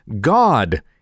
God